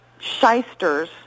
shysters